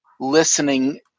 listening